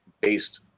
based